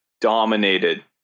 dominated